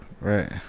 Right